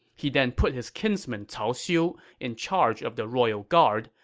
he then put his kinsman cao xiu in charge of the royal guard,